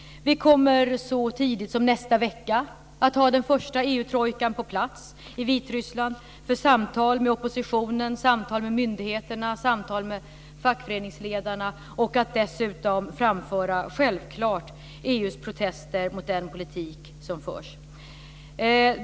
Vi kommer så tidigt som nästa vecka att ha den första EU-trojkan på plats i Vitryssland för samtal med oppositionen, samtal med myndigheterna och samtal med fackföreningsledarna. Vi kommer därför självklart att framföra EU:s protester mot den politik som förs.